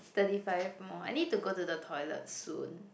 thirty five more I need to go to the toilet soon